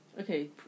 Okay